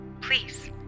Please